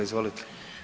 Izvolite.